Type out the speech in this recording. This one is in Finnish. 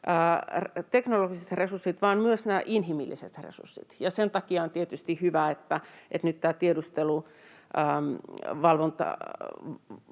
teknologiset resurssit, vaan myös nämä inhimilliset resurssit, ja sen takia on tietysti hyvä, että tiedusteluvalvontavaltuutetun